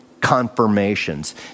confirmations